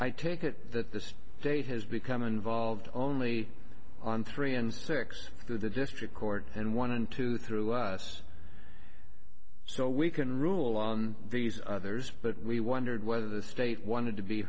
i take it that this day has become involved only on three and six through the district court and one into through us so we can rule on these others but we wondered whether the state wanted to be